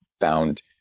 found